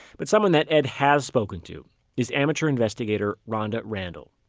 but someone that ed has spoken to is amatuer investigator ronda randall.